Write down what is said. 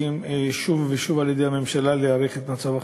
שוב ושוב על-ידי הממשלה להאריך את מצב החירום,